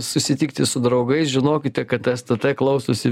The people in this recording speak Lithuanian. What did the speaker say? susitikti su draugais žinokite kad stt klausosi